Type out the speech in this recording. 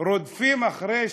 רודפים אחרי שוויון,